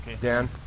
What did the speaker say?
Dan